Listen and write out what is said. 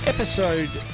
Episode